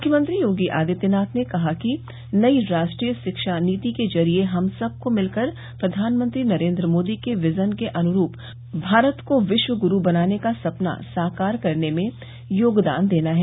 मुख्यमंत्री योगी आदित्यनाथ ने कहा कि नई राष्ट्रीय शिक्षा नीति के जरिए हम सबको मिलकर प्रधानमंत्री नरेन्द्र मोदी के विजन के अनुरूप भारत को विश्व ग्रू बनाने का सपना साकार करने में योगदान देना है